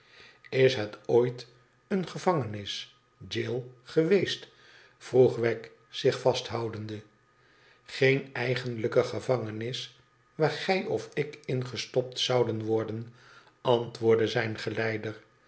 is het ooit eene gevangenis jail geweest vroeg wegg zich vasthoudende geen eigenlijke gevangenis waar gij ofikingestopt zouden worden antwoordde zijn geleider